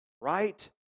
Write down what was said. right